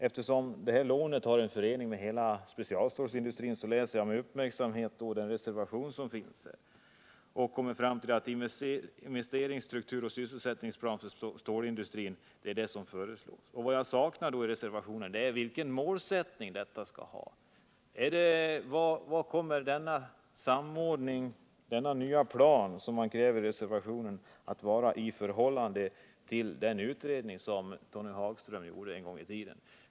Eftersom det nu aktuella lånet sammanhänger med hela specialstålsindustrins utveckling har jag med uppmärksamhet läst den reservation som finns fogad vid betänkandet, och jag har då funnit att det som föreslås är en investerings-, strukturoch sysselsättningsplan för specialstålsindustrin. Vad jag saknade i reservationen är ett uttalande om vilken målsättning man har för den här planen. Vad kommer denna nya plan att innehålla i förhållande till den utredning som Tony Hagström gjorde en gång i tiden?